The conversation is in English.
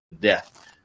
death